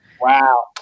Wow